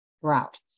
route